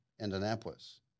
Indianapolis